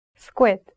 Squid